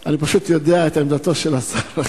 אני פשוט יודע את עמדתו של השר,